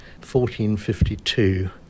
1452